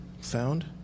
found